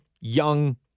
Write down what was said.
young